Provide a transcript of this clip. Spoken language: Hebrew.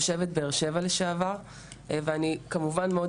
תושבת באר שבע לשעבר ואני כמובן מאוד